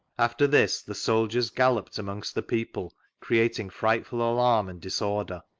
after this the soldiers galloped amongst the people creating frightftd alarm and disorder.